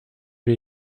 wir